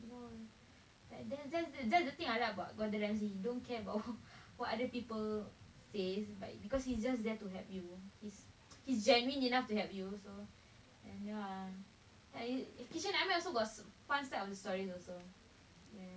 then then then that's the thing I like about gordon directs you don't care about what other people face but because he's just there to help you is is genuine enough to have user and ya I if you can't everywhere also got one side of the starting also